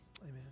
amen